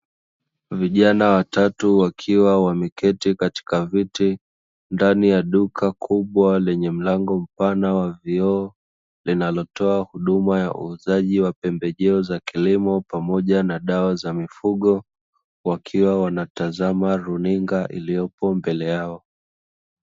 Vijana watatu, wakiwa wame keti katika viti, ndani ya duka kubwa lenye mlango mpana wa vioo, linalotoa huduma ya uuzaji wa pembejeo za kilimo pamoja na dawa za mifugo, wakiwa wanatazama runinga iliyopo mbele yao.